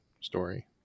story